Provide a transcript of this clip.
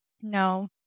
No